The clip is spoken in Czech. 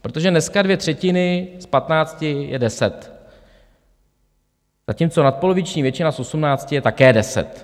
Protože dneska dvě třetiny z 15 je 10, zatímco nadpoloviční většina z 18 je také 10.